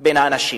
בין האנשים.